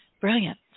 Brilliant